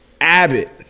Abbott